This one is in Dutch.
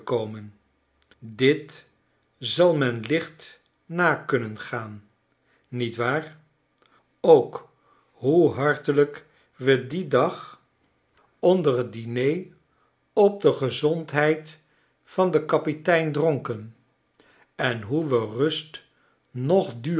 dit zal men licht na kunnen gaan niet waar ook hoe hartelijk we dien dag onder t diner op de gezondheid van den kapitein dronken en hoe we rust noch duur